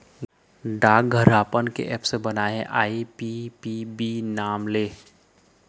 डाकघर ह अपन ऐप्स बनाए हे आई.पी.पी.बी नांव ले